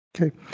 Okay